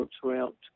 throughout